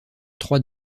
trois